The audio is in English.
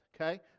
okay